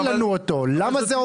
לנו שאלות והשגות והערות.